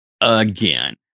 again